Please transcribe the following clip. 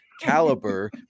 caliber